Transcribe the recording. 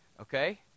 okay